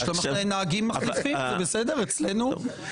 יש נהגים מחליפים, וזה בסדר אצלנו.